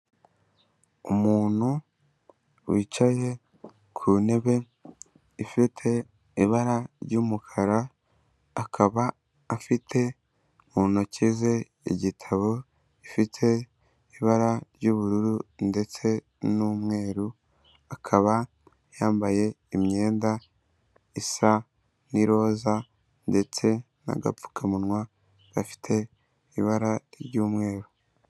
Umuntu wicaye ku ntebe ifite ibara ry'umukara, akaba afite mu ntoki ze igitabo gifite ibara ry'ubururu ndetse n'umweru, akaba yambaye imyenda isa n'iroza ndetse n'agapfukamunwa gafite ibara ry'umweru.